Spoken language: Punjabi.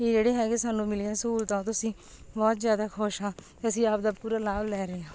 ਜਿਹੜੇ ਹੈਗੇ ਸਾਨੂੰ ਮਿਲੀਆਂ ਸਹੂਲਤਾਂ ਤੋਂ ਅਸੀਂ ਬਹੁਤ ਜ਼ਿਆਦਾ ਖੁਸ਼ ਹਾਂ ਅਤੇ ਅਸੀਂ ਆਪਦਾ ਪੂਰਾ ਲਾਭ ਲੈ ਰਹੇ ਹਾਂ